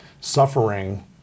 suffering